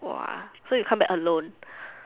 !wah! so you come back alone